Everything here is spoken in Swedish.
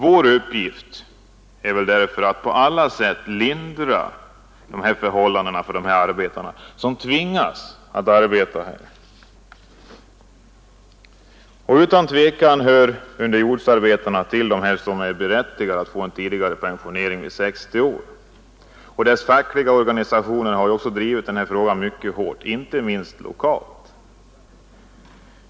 Vår uppgift är väl därför att på alla sätt lindra förhållandena för dem som tvingas arbeta under sådana omständigheter. Utan tvivel hör underjordsarbetarna till dem som är berättigade att få en tidigare pensionering, vid 60 år. Deras fackliga organisation har också drivit den frågan mycket hårt, inte minst lokalt.